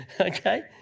Okay